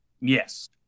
yes